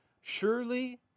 surely